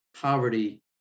poverty